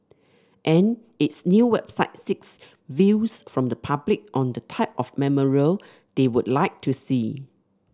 and its new website seeks views from the public on the type of memorial they would like to see